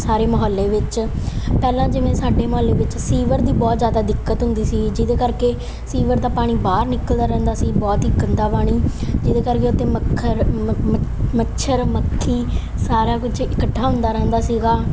ਸਾਰੇ ਮੁਹੱਲੇ ਵਿੱਚ ਪਹਿਲਾਂ ਜਿਵੇਂ ਸਾਡੇ ਮੁਹੱਲੇ ਵਿੱਚ ਸੀਵਰ ਦੀ ਬਹੁਤ ਜ਼ਿਆਦਾ ਦਿੱਕਤ ਹੁੰਦੀ ਸੀ ਜਿਹਦੇ ਕਰਕੇ ਸੀਵਰ ਦਾ ਪਾਣੀ ਬਾਹਰ ਨਿਕਲਦਾ ਰਹਿੰਦਾ ਸੀ ਬਹੁਤ ਹੀ ਗੰਦਾ ਪਾਣੀ ਜਿਹਦੇ ਕਰਕੇ ਉੱਥੇ ਮੱਖਰ ਮੱਛਰ ਮੱਖੀ ਸਾਰਾ ਕੁਛ ਇਕੱਠਾ ਹੁੰਦਾ ਰਹਿੰਦਾ ਸੀਗਾ